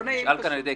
שאלו כאן אנשים,